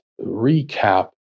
recap